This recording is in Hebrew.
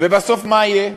ובסוף מה יהיה?